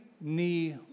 knee